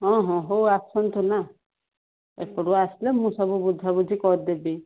ହଁ ହଁ ହଉ ଆସନ୍ତୁନା ଏପଟୁ ଆସିଲେ ମୁଁ ସବୁ ବୁଝାବୁଝି କରିଦେବି